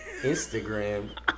Instagram